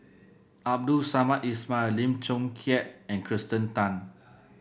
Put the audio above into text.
Abdul Samad Ismail Lim Chong Keat and Kirsten Tan